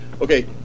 okay